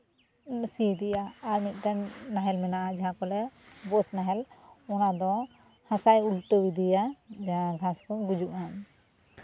ᱥᱤ ᱤᱫᱤᱭᱟ ᱟᱨ ᱢᱤᱫᱴᱮᱱ ᱱᱟᱦᱮᱞ ᱢᱮᱱᱟᱜᱼᱟ ᱡᱟᱦᱟᱸ ᱠᱚ ᱞᱟᱹᱭᱟ ᱵᱟᱹᱥ ᱱᱟᱦᱮᱞ ᱚᱱᱟᱫᱚ ᱦᱟᱥᱟᱭ ᱩᱞᱴᱟᱹᱣ ᱤᱫᱤᱭᱟ ᱡᱟᱦᱟᱸ ᱜᱷᱟᱥ ᱠᱚ ᱜᱩᱡᱩᱜᱼᱟ